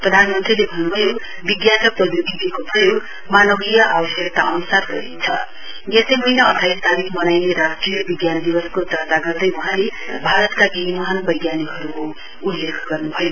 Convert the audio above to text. प्रधानमन्त्रीले भन्न् भयो विज्ञान र प्रौद्योगिकीको प्रयोग मानवीय आवश्यकता अनुसार गरिन्छ यसै महीना अठाइस तारिक मनाइने राष्ट्रिय विज्ञान दिवसको चर्चा गर्दै वहाँले भारत केही महान वैज्ञानिकहरूको उल्लेख गर्नुभयो